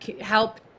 help